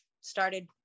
started